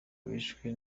bishwe